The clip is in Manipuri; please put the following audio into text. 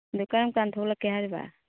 ꯑꯗꯨ ꯀꯔꯝꯀꯥꯟ ꯊꯣꯛꯂꯛꯀꯦ ꯍꯥꯏꯔꯤꯕ